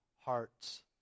hearts